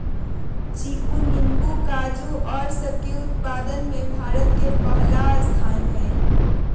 चीकू नींबू काजू और सब के उत्पादन में भारत के पहला स्थान हई